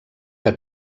que